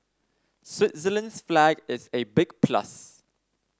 Switzerland's flag is a big plus